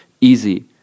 easy